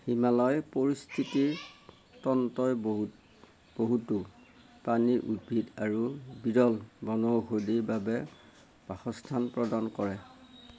হিমালয় পৰিস্থিতিতন্ত্ৰই বহুত বহুতো প্ৰাণী উদ্ভিদ আৰু বিৰল বনৌষধিৰ বাবে বাসস্থান প্ৰদান কৰে